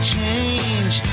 change